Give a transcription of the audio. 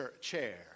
chair